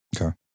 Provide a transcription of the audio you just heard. Okay